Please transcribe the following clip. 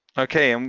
okay, um